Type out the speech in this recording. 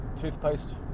toothpaste